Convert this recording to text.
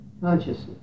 consciousness